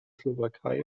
slowakei